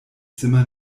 zimmer